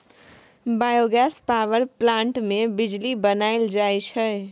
biogas power plant मे बिजली बनाएल जाई छै